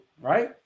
right